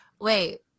Wait